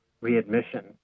readmission